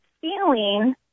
feeling